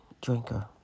drinker